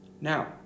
Now